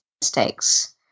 mistakes